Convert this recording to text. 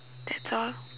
that's all